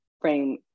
frame